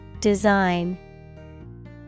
Design